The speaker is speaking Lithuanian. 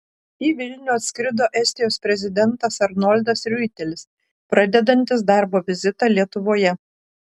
į vilnių atskrido estijos prezidentas arnoldas riuitelis pradedantis darbo vizitą lietuvoje